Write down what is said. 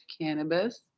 cannabis